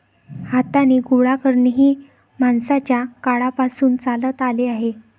हाताने गोळा करणे हे माणसाच्या काळापासून चालत आले आहे